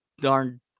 darn